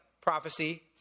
prophecy